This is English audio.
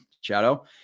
Shadow